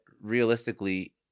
realistically